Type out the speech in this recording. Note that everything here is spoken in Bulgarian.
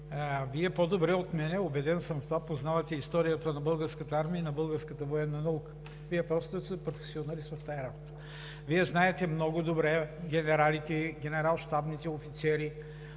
Вие по-добре от мен, убеден съм в това, познавате историята на Българската армия и на българската военна наука, Вие просто сте професионалист в тази работа. Вие много добре знаете генералите,